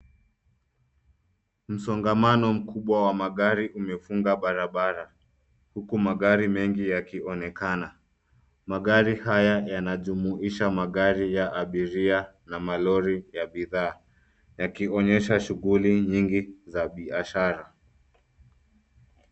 Msongamano mkubwa wa magari umefunga barabara, huku magari mengi yakionekana. Magari haya yanajumuisha magari ya abiria, na malori ya bidhaa, yakionyesha shughuli nyingi za biashara.